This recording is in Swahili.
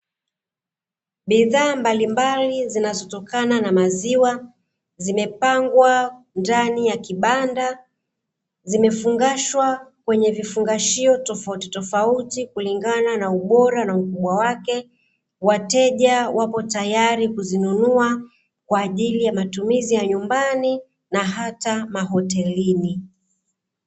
Bidhaa mbalimbali zinazotokana na maziwa zimepangwa ndani ya kibanda zimefungashwa kwenye vifungashio tofautitofauti kulingana na ubora na ukubwa wake, wateja wapo tayari kuzinunua kwaajili ya matumizi ya nyumbani na ata mahotelini.